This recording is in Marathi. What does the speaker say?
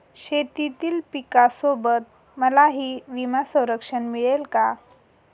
शेतीतील पिकासोबत मलाही विमा संरक्षण मिळेल का?